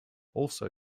also